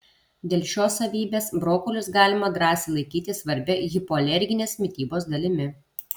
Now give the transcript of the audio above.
dėl šios savybės brokolius galima drąsiai laikyti svarbia hipoalerginės mitybos dalimi